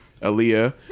Aaliyah